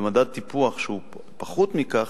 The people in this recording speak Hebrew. במדד טיפוח שהוא פחוּת מכך,